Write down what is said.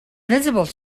visible